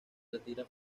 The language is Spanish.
retira